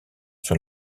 sur